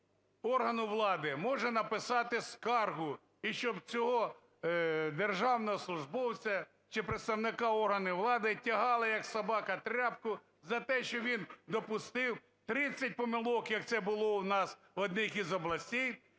органу влади, може написати скаргу, і щоб цього державного службовця чи представника органу влади тягали, як собака тряпку, за те, що він допустив 30 помилок, як це було у нас в одній з областей,